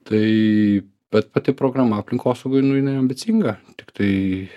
tai bet pati programa aplinkosaugoj nu jinai ambicinga tiktai